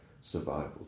survival